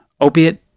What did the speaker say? Opiate